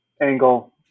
angle